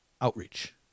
outreach